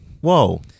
Whoa